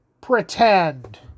pretend